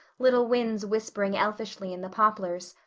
little winds whispering elfishly in the poplars,